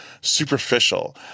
superficial